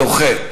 דוחה.